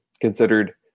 considered